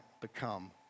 become